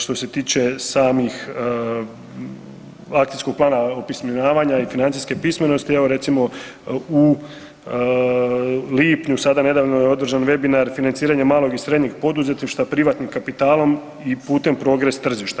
Što se tiče samih akcijskog plana opismenjavanja i financijske pismenosti, evo recimo u lipnju sada nedavno je održan Webinar – financiranje malog i srednjeg poduzetništva privatnim kapitalom i putem progres tržišta.